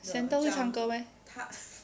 santa 会唱歌 meh